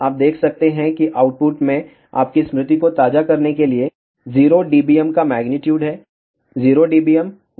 आप देख सकते हैं कि आउटपुट में आपकी स्मृति को ताज़ा करने के लिए 0 dBm का मेग्नीट्यूड है